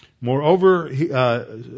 Moreover